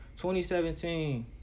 2017